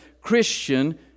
Christian